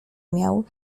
miał